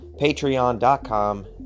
patreon.com